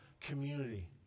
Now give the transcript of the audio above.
community